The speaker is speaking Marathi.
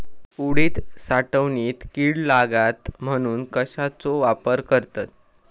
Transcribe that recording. उडीद साठवणीत कीड लागात म्हणून कश्याचो वापर करतत?